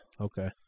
Okay